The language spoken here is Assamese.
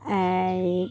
এই